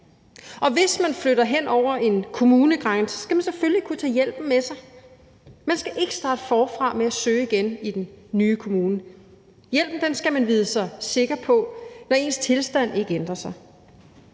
Og hvis man flytter hen over en kommunegrænse, skal man selvfølgelig kunne tage hjælpen med sig. Man skal ikke starte forfra med at søge igen i en ny kommune. Hjælpen skal man vide sig sikker på, når ens tilstand ikke ændrer sig.